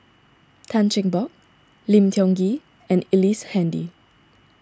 Tan Cheng Bock Lim Tiong Ghee and Ellice Handy